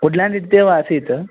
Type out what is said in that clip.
wood land इत्येव आसीत्